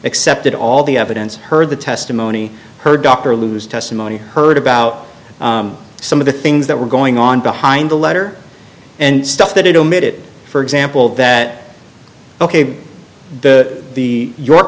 accepted all the evidence heard the testimony heard dr lou's testimony heard about some of the things that were going on behind the letter and stuff that had omitted for example that ok the the your